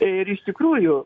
ir iš tikrųjų